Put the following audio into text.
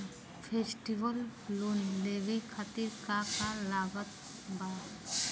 Festival loan लेवे खातिर का का लागत बा?